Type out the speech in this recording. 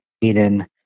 Eden